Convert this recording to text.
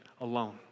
alone